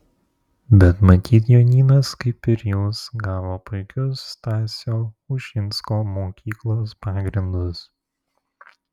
bet matyt jonynas kaip ir jūs gavo puikius stasio ušinsko mokyklos pagrindus